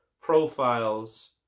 profiles